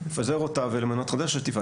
לפזר אותה ולמנות חדשה שתפעל.